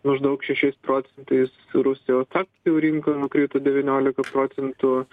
maždaug šešiais procentais rusijos akcijų rinka nukrito devyniolika procentų